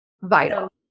vital